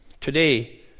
Today